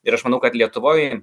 ir aš manau kad lietuvoj